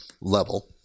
level